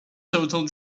total